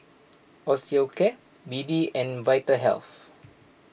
Osteocare B D and Vitahealth